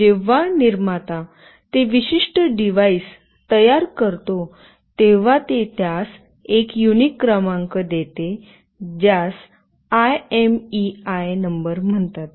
जेव्हा निर्माता ते विशिष्ट डिव्हाइस तयार करतो तेव्हा ते त्यास एक युनिक क्रमांक देते ज्यास आयएमईआय नंबर म्हणतात